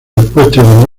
expuestos